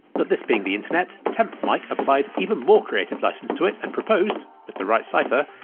but this being the internet, tempmike applied even more creative license to it and proposed, with the right cipher,